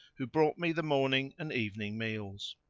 who brought me the morning and evening meals.